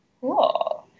cool